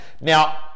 now